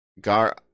Gar